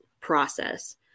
process